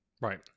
right